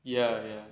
ya ya